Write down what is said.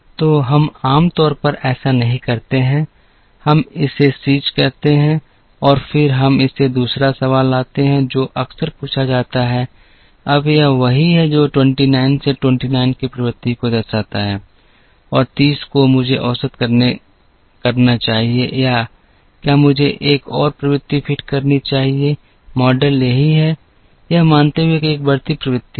तो हम आम तौर पर ऐसा नहीं करते हैं हम इसे सीज करते हैं फिर हम इसे दूसरा सवाल लाते हैं जो अक्सर पूछा जाता है अब यह वही है जो 29 से 29 की प्रवृत्ति को दर्शाता है और 30 को मुझे औसत करना चाहिए या क्या मुझे एक और प्रवृत्ति फिट करनी चाहिए मॉडल यहीं है यह मानते हुए कि एक बढ़ती प्रवृत्ति है